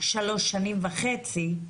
שלוש שנים וחצי,